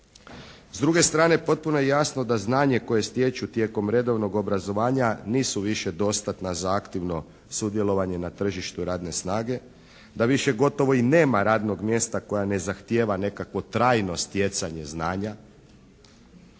S druge strane potpuno je jasno da znanje koje stječu tijekom redovnog obrazovanja nisu više dostatna za aktivno sudjelovanje na tržištu radne snage, da više gotovo i nema radnog mjesta koja ne zahtjeva nekakvo trajno stjecanje znanja